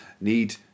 need